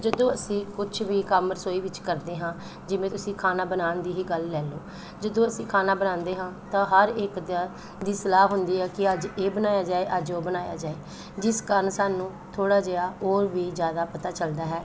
ਜਦੋਂ ਅਸੀਂ ਕੁਛ ਵੀ ਕੰਮ ਰਸੋਈ ਵਿੱਚ ਕਰਦੇ ਹਾਂ ਜਿਵੇਂ ਤੁਸੀਂ ਖਾਣਾ ਬਣਾਉਣ ਦੀ ਹੀ ਗੱਲ ਲੈ ਲਓ ਜਦੋਂ ਅਸੀਂ ਖਾਣਾ ਬਣਾਉਂਦੇ ਹਾਂ ਤਾਂ ਹਰ ਇੱਕ ਦੈ ਦੀ ਸਲਾਹ ਹੁੰਦੀ ਹੈ ਕਿ ਅੱਜ ਇਹ ਬਣਾਇਆ ਜਾਏ ਅੱਜ ਉਹ ਬਣਾਇਆ ਜਾਏ ਜਿਸ ਕਾਰਨ ਸਾਨੂੰ ਥੋੜ੍ਹਾ ਜਿਹਾ ਹੋਰ ਵੀ ਜ਼ਿਆਦਾ ਪਤਾ ਚਲਦਾ ਹੈ